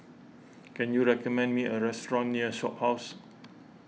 can you recommend me a restaurant near the Shophouse